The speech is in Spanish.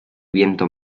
viento